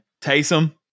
Taysom